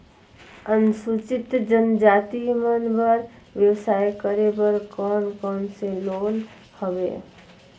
अनुसूचित जनजाति मन बर व्यवसाय करे बर कौन कौन से लोन हवे?